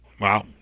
Wow